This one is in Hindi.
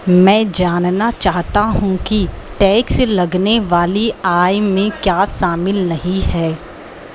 मैं जानना चाहता हूँ कि टैक्स लगने वाली आय में क्या शामिल नहीं है